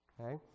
okay